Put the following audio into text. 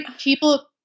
people